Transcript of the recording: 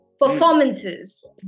performances